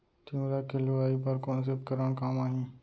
तिंवरा के लुआई बर कोन से उपकरण काम आही?